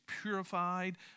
purified